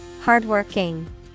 Hardworking